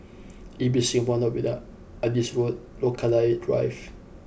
Ibis Singapore Novena Adis Road Rochalie Drive